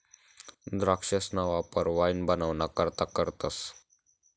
द्राक्षसना वापर वाईन बनवाना करता करतस